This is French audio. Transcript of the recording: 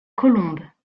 colombes